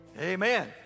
Amen